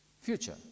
future